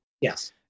Yes